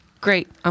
great